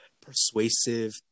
persuasive